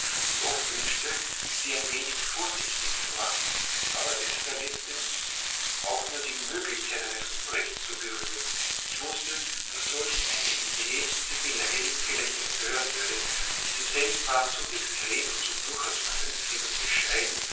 und oft wünschte sie ein wenig vorsichtig zu machen aber es verletzte mich auch nur die möglichkeit eines unrechts zu berühren ich wußte daß solch eine idee sie beleidigen vielleicht empören würde und sie selbst waren so diskret und so durchaus vernünftig und bescheiden